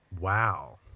Wow